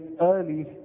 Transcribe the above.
early